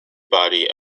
body